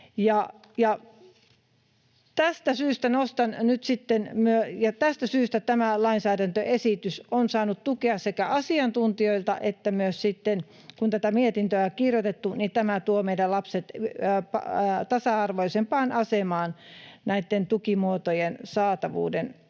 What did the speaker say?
Tästä syystä sekä tämä lainsäädäntöesitys on saanut tukea asiantuntijoilta että myös sitten kun tätä mietintöä on kirjoitettu, sillä tämä tuo meidän lapset tasa-arvoisempaan asemaan näitten tukimuotojen saatavuuden osalta.